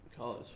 College